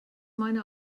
meine